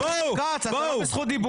רון כץ, אתה לא בזכות דיבור.